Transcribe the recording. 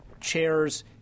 chairs